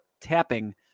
tapping